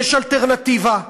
יש אלטרנטיבה.